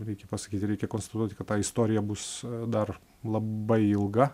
reikia pasakyti reikia konstatuoti kad ta istorija bus dar labai ilga